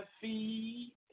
feed